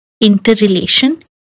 interrelation